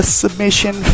submission